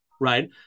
right